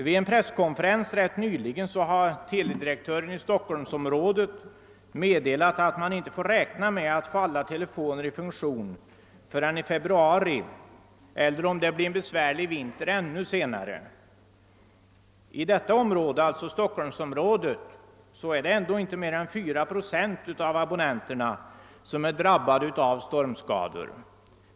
Vid en presskonferens ganska nyligen har teledirektören i Stockholmsområdet meddelat, att man inte kan räkna med att få alla telefoner i funktion förrän i februari eller, om det blir en besvärlig vinter, ännu senare. Inom detta område är ändå inte mera än fyra procent av abonnenterna drabbade av stormskador.